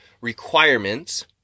requirements